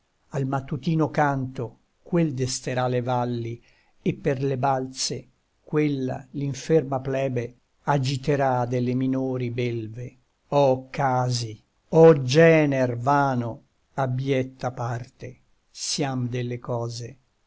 al mattutino canto quel desterà le valli e per le balze quella l'inferma plebe agiterà delle minori belve oh casi oh gener vano abbietta parte siam delle cose